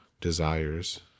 desires